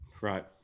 Right